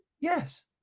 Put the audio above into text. Yes